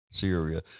Syria